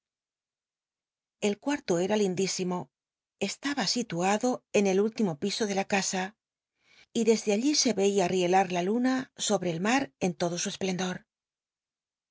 el cum'to era lindísimo eslaba situado en el último piso de la casa y desde allí se yeia riela la luna sobre el mar en todo su esplcndo